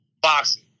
boxing